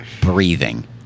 breathing